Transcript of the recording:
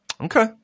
Okay